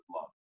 Love